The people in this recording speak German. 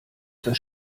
das